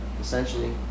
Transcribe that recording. Essentially